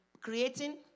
creating